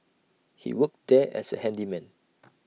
he worked there as A handyman